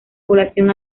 población